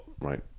right